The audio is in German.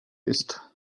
ist